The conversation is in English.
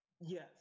Yes